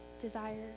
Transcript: desire